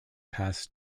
passed